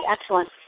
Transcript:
Excellent